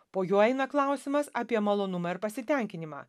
po juo eina klausimas apie malonumą ir pasitenkinimą